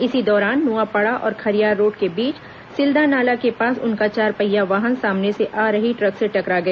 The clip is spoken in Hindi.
इसी दौरान नुआपाड़ा और खरियार रोड के बीच सिल्दा नाला के पास उनका चारपहिया वाहन सामने से आ रही ट्रक से टकरा गया